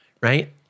right